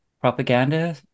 propaganda